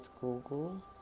Google